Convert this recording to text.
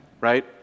Right